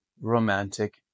romantic